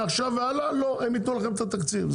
מעכשיו והלאה הם יתנו לכם את התקציב,